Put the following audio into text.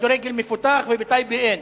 כדורגל מפותח ובטייבה אין.